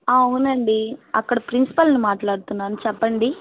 అవునండి అక్కడ ప్రిన్సిపల్ని మాట్లాడుతున్నాను చెప్పండి